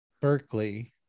Berkeley